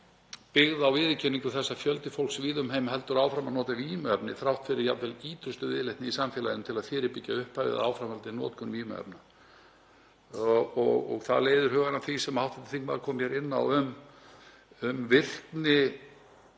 byggð á viðurkenningu þess að fjöldi fólks víða um heim heldur áfram að nota vímuefni þrátt fyrir jafnvel ýtrustu viðleitni í samfélaginu til að fyrirbyggja upphaf eða áframhaldandi notkun vímuefna. Það leiðir hugann að því sem hv. þingmaður kom inn á um virkni